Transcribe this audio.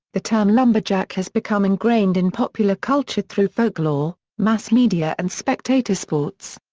the term lumberjack has become ingrained in popular culture through folklore, mass media and spectator sports.